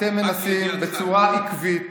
אתם מנסים בצורה עקבית